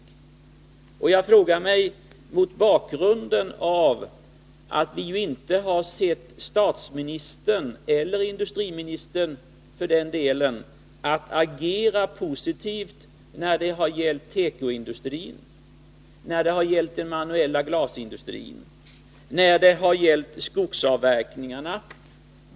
Jag ställde den frågan mot bakgrund av att vi inte har sett statsministern, eller för den delen industriministern, agera positivt när det gäller tekoindustrin, den manuella glasindustrin och skogsavverkningarna.